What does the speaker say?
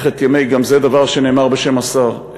גם זה דבר שנאמר בשם השר,